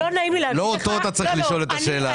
לא נעים לי להגיד לך --- לא אותו אתה צריך לשאול את השאלה הזו.